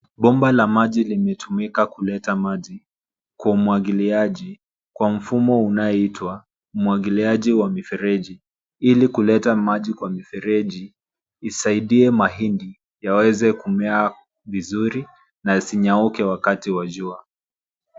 Bomba la maji limetumika kuleta maji kwa umwagiliaji kwa mfumo unayeitwa umwagiliaji wa mifereji ili kuleta maji kwa mifereji isaidie mahindi yaweze kumea vizuri na yasinyauke wakati wa jua.